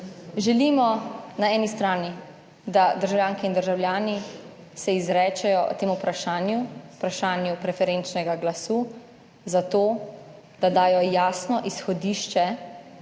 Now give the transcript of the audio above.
želimo na eni strani da državljanke in državljani se izrečejo temu vprašanju, vprašanju preferenčnega glasu za to, da dajo jasno izhodišče